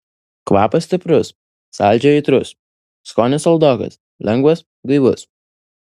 kvapas stiprus saldžiai aitrus skonis saldokas lengvas gaivus